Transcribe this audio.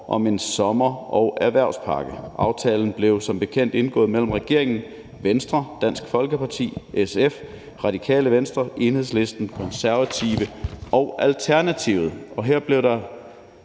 om en sommer- og erhvervspakke. Aftalen blev som bekendt indgået mellem regeringen, Venstre, Dansk Folkeparti, SF, Radikale Venstre, Enhedslisten, Konservative og Alternativet, og her blev der